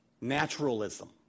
naturalism